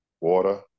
water